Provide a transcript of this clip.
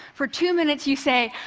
for two minutes, you say,